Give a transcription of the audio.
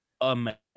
amazing